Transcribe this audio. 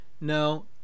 No